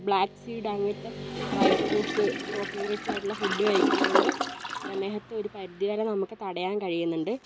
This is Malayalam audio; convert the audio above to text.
ബ്ലാക്ക് സീഡ് അങ്ങനത്തെ ഡ്രൈ ഫ്രൂട്സ് പ്രോട്ടീൻ റിച്ചായിട്ടുള്ള ഫുഡ് കഴിക്കുന്നതുകൊണ്ട് പ്രമേഹത്തെ ഒരു പരിധി വരെ നമുക്ക് തടയാൻ കഴിയുന്നുണ്ട്